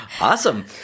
Awesome